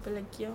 apa lagi ah